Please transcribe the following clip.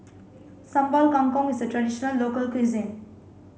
Sambal Kangkong is a traditional local cuisine